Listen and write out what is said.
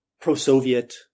pro-Soviet